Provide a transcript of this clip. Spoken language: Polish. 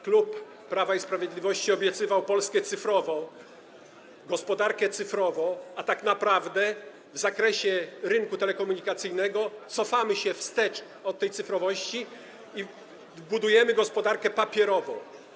Klub Prawa i Sprawiedliwości obiecywał Polskę cyfrową, gospodarkę cyfrową, a tak naprawdę w zakresie rynku telekomunikacyjnego cofamy się, jeśli chodzi o tę cyfrowość, i budujemy gospodarkę papierową.